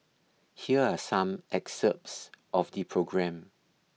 here are some excerpts of the programme